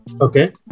Okay